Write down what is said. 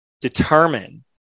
Determine